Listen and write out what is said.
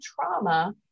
trauma